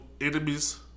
enemies